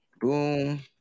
Boom